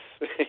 Yes